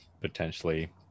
potentially